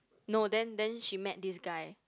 no then then she met this guy